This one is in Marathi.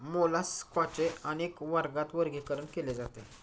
मोलास्काचे अनेक वर्गात वर्गीकरण केले जाते